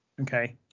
Okay